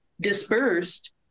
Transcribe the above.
dispersed